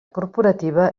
corporativa